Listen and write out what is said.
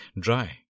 Dry